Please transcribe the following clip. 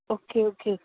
okay okay